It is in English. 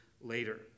later